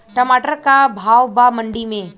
टमाटर का भाव बा मंडी मे?